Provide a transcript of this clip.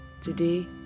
today